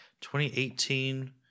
2018